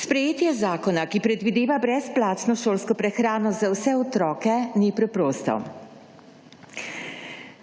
Sprejetje zakona, ki predvideva brezplačno šolsko prehrano za vse otroke, ni preprosto.